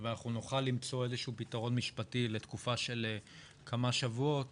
ואנחנו נוכל למצוא איזה שהוא פתרון משפטי לתקופה של כמה שבועות,